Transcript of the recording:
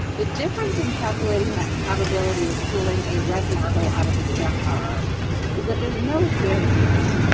the difference in calculating that probability of pulling a red marble out of the jar is that there's no variables.